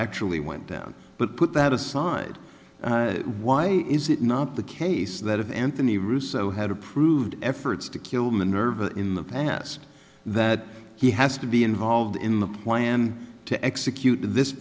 actually went down but put that aside why is it not the case that of anthony russo had approved efforts to kill minerva in the past that he has to be involved in the plan to execute this